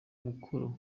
umukoro